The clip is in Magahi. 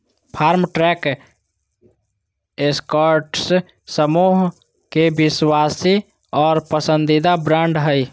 फार्मट्रैक एस्कॉर्ट्स समूह के विश्वासी और पसंदीदा ब्रांड हइ